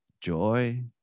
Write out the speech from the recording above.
joy